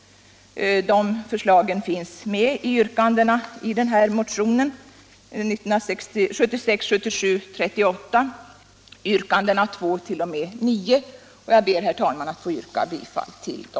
Jag ber, herr talman, att få yrka bifall till motionen 1976/77:38 yrkandena 2-9.